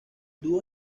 dúo